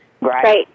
Right